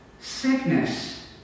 sickness